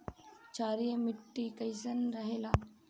क्षारीय मिट्टी कईसन रहेला?